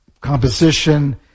composition